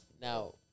Now